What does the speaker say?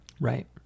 right